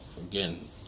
again